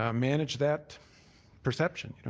um manage that perception. you know